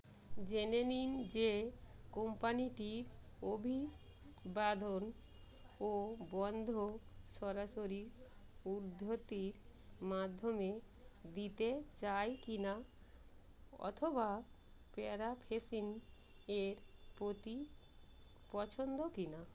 জেনে নিন যে কোম্পানিটির অভিবাদন ও বন্ধ সরাসরি উদ্ধতির মাধ্যমে দিতে চায় কি না অথবা প্যারাফেসিং এর প্রতি পছন্দ কি না